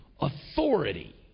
authority